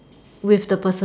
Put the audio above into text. with the person